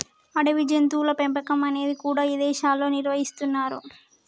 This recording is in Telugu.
అడవి జంతువుల పెంపకం అనేది కూడా ఇదేశాల్లో నిర్వహిస్తున్నరు